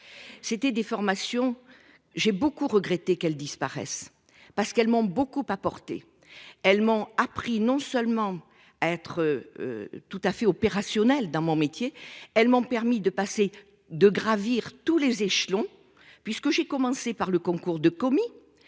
C'était des formations. J'ai beaucoup regretté qu'elle disparaisse parce qu'elles m'ont beaucoup apporté. Elle m'en a pris non seulement être. Tout à fait opérationnel dans mon métier. Elles m'ont permis de passer de gravir tous les échelons, puisque j'ai commencé par le concours de commis